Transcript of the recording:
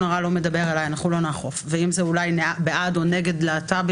הרע לא מדבר אליי" אתה לא תאכוף; ואם זה אולי "בעד או נגד להט"בים"